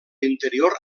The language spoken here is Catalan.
interior